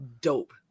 dope